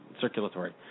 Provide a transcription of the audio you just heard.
circulatory